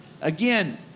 Again